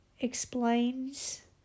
explains